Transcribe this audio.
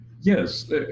Yes